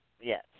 Yes